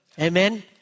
amen